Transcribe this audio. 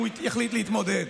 אם הוא יחליט להתמודד.